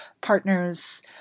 partners